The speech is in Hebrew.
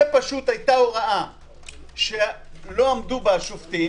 היתה הוראה שלא עמדו בה השופטים